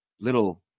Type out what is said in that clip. little